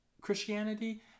Christianity